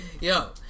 Yo